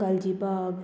Galgibag